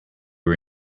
are